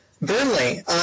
Burnley